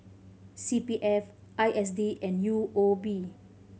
C P F I S D and U O B